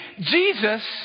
Jesus